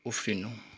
उफ्रिनु